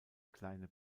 kleine